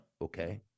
okay